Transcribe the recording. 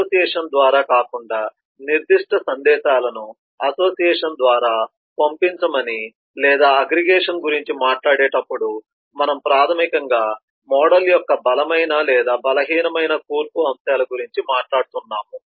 association ద్వారా కాకుండా నిర్దిష్ట సందేశాలను అసోసియేషన్ ద్వారా పంపించమని లేదా అగ్రిగేషన్ గురించి మాట్లాడేటప్పుడు మనము ప్రాథమికంగా మోడల్ యొక్క బలమైన లేదా బలహీనమైన కూర్పు అంశాల గురించి మాట్లాడుతున్నాము